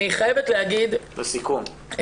לסיכום.